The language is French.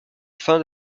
fin